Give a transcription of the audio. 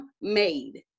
made